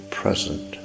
present